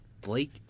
Blake